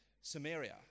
Samaria